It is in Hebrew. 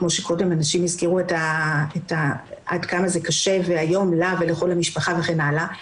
כפי שקודם הזכירו עד כמה זה קשה היום לה ולכל המשפחה וכן הלאה,